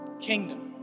kingdom